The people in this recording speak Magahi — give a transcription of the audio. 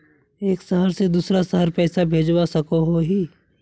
एक शहर से दूसरा शहर पैसा भेजवा सकोहो ही?